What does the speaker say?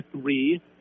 three